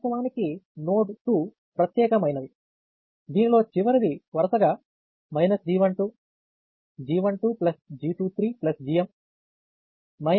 వాస్తవానికి నోడ్ 2 ప్రత్యేకమైనది దీనిలో చివరిది వరుసగా G12 G12G23GM G23 GM ఉన్నాయి